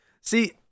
See